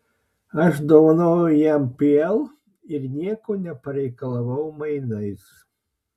aš dovanojau jam pl ir nieko nepareikalavau mainais